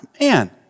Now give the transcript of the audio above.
Man